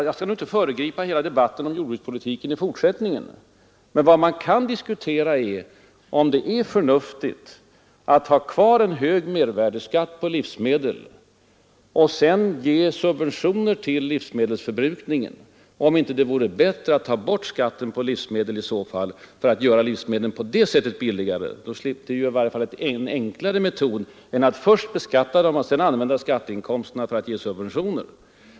Jag har inte velat föregripa debatten om jordbrukspolitiken i fortsättningen, men jag vill ändå säga att man verkligen kan diskutera om det är förnuftigt att ha kvar en hög mervärdeskatt på livsmedel och sedan ge subventioner till livsmedelsförbrukningen. Vore det inte i stället bättre att ta bort skatten på livsmedel för att på det sättet göra livsmedlen billigare? Det är i varje fall en enklare metod än att först beskatta dem och sedan använda skatteinkomsterna för att ge subventioner!